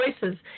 choices